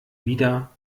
wieder